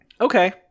Okay